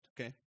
Okay